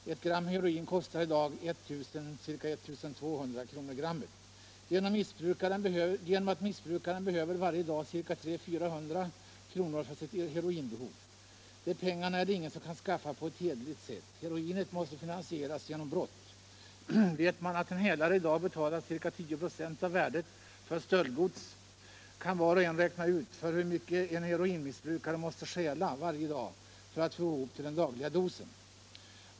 Ett gram heroin kostar i dag 1 000-1 200 kr. Genomsnittsmissbrukaren behöver varje dag 300-400 kr. för sitt heroinbehov. De pengarna är det ingen som kan skaffa på ett hederligt sätt — heroinköpen måste finansieras genom brott. Vet man att en hälare i dag betalar ca 10 96 av värdet för stöldgods, kan var och en räkna ut hur mycket en heroinmissbrukare måste stjäla för att få ihop till den dagliga dosen.